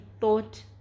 thought